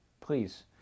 please